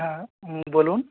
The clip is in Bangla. হ্যাঁ বলুন